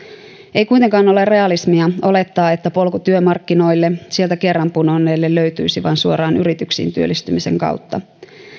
ei kuitenkaan ole realismia olettaa että polku työmarkkinoille sieltä kerran pudonneelle löytyisi vain suoraan yrityksiin työllistymisen kautta